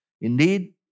Indeed